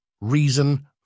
reason